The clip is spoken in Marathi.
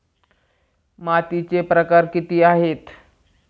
मातीचे प्रकार किती आहेत?